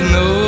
no